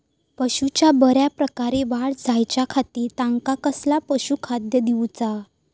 पशूंची बऱ्या प्रकारे वाढ जायच्या खाती त्यांका कसला पशुखाद्य दिऊचा?